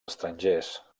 estrangers